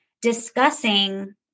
discussing